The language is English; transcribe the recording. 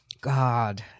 God